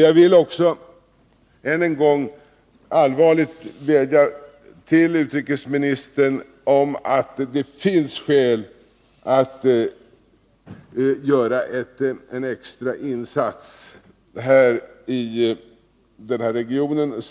Jag vill också ännu en gång allvarligt vädja till utrikesministern att från katastrofposten göra en extra insats i denna region,